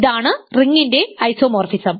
ഇതാണ് റിങ്ങിന്ടെ ഐസോമോർഫിസം